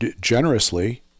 generously